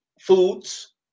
foods